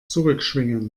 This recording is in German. zurückschwingen